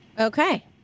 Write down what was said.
Okay